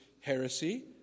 heresy